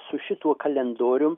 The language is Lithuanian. su šituo kalendorium